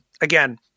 Again